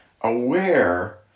aware